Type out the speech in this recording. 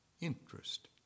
interest